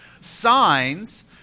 signs